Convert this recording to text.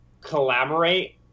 collaborate